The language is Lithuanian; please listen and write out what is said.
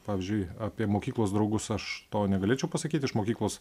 pavyzdžiui apie mokyklos draugus aš to negalėčiau pasakyt iš mokyklos